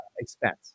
expense